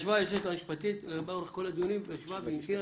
ישבה היועצת המשפטית לאורך כל הדיונים והמתינה,